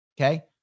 okay